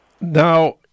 Now